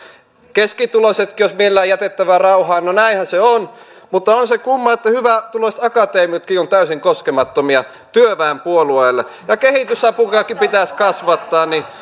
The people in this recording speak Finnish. keskituloiset olisi mielellään jätettävä rauhaan no näinhän se on mutta on se kumma että hyvätuloiset akateemikotkin ovat täysin koskemattomia työväenpuolueelle ja kehitysapuakin pitäisi kasvattaa on